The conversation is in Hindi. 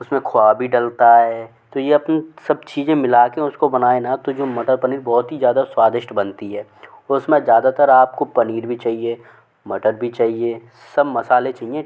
उस में खोवा भी डलता है तो ये अपन सब चीज़ें मिला के उसको बनाए ना तो जो मटर पनीर बहुत ही ज़्यादा स्वादिष्ट बनती है उस में ज़्यादातर आप को पनीर भी चाहिए मटर भी चाहिए सब मसाले चाहिए